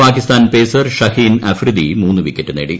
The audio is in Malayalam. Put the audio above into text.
പാകിസ്ഥാൻ പേസർ ഷഹീൻ അഫ്രീദി മൂന്ന് വിക്കറ്റ് നേടി